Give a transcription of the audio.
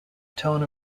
tone